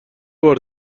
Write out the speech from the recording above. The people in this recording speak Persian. بار